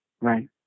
right